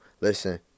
listen